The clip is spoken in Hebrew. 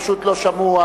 פשוט הצופים לא שמעו,